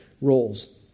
roles